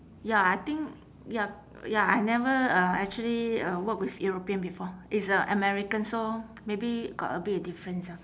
ya I think ya ya I never uh actually uh work with european before it's a american so maybe got a bit of difference ah